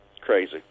Crazy